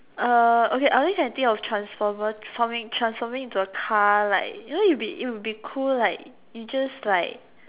okay I only can think of transformer transforming into a car like you know it'll it'll be cool like you just like